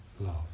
love